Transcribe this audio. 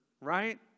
right